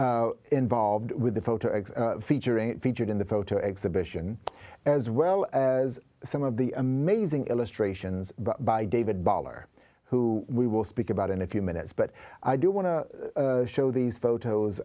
involved with the photo featuring featured in the photo exhibition as well as some of the amazing illustrations by david boller who we will speak about in a few minutes but i do want to show these photos